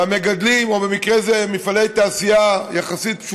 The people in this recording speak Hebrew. והמגדלים, או במקרה הזה מפעלי תעשייה פשוטה יחסית,